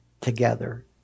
together